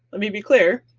let me be clear,